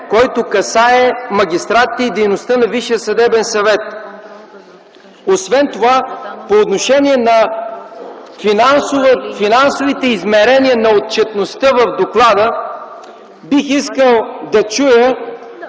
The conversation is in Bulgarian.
който касае магистратите и дейността на Висшия съдебен съвет. Освен това, по отношение на финансовите измерения на отчетността на доклада бих искал да чуя